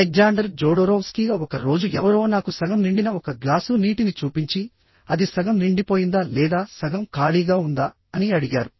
Alexander Jodorowsky ఒక రోజు ఎవరో నాకు సగం నిండిన ఒక గ్లాసు నీటిని చూపించి అది సగం నిండిపోయిందా లేదా సగం ఖాళీగా ఉందా అని అడిగారు